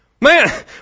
Man